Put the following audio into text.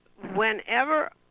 Whenever